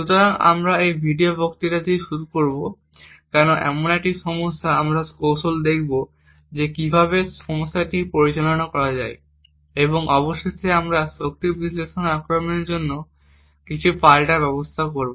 সুতরাং আমরা এই ভিডিও বক্তৃতাটি শুরু করব কেন এটি এমন একটি সমস্যা এবং আমরা কিছু কৌশল দেখব যে কীভাবে এই সমস্যাটি পরিচালনা করা যায় এবং অবশেষে আমরা শক্তি বিশ্লেষণ আক্রমণের জন্য কিছু পাল্টা ব্যবস্থা দেখব